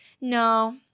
no